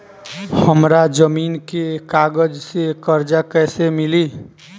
हमरा जमीन के कागज से कर्जा कैसे मिली?